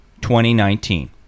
2019